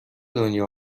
دنیا